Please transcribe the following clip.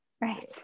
Right